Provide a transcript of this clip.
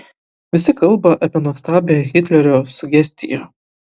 visi kalba apie nuostabią hitlerio sugestiją